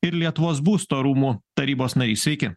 ir lietuvos būsto rūmų tarybos narys sveiki